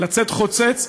לצאת חוצץ,